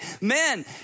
men